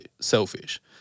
selfish